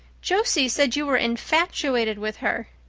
josie said you were infatuated with her.